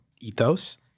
ethos